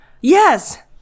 yes